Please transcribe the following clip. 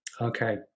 Okay